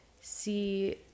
see